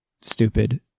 stupid